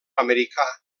americà